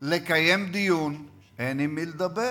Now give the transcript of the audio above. לקיים דיון, אין עם מי לדבר.